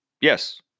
yes